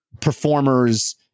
performers